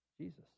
Jesus